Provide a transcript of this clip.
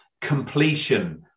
completion